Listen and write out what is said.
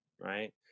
right